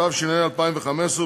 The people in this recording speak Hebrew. התשע"ה 2015,